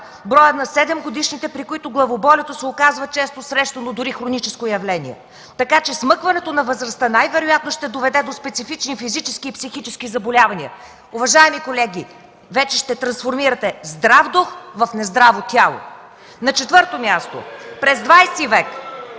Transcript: броят на 7-годишните, при които главоболието се оказва често срещано, дори хроническо явление. Така че смъкването на възрастта най-вероятно ще доведе до специфични физически и психически заболявания. Уважаеми колеги, вече ще трансформирате: „Здрав дух в нездраво тяло”. (Силен шум и реплики